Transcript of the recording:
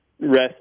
rest